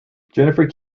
jennifer